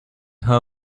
her